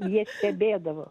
jie stebėdavo